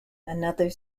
another